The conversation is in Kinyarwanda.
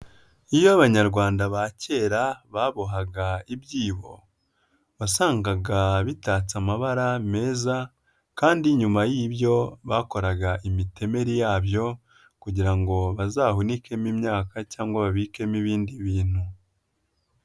Iyo Abanyarwanda ba kera babohaga ibyibo, wasangaga bitatse amabara meza kandi nyuma y'ibyo bakoraga imitemeri yabyo, kugira ngo bazahunikemo imyaka cyangwa babikemo ibindi bintu.